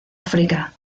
áfrica